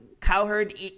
Cowherd